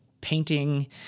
painting